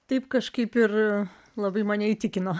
taip kažkaip ir labai mane įtikino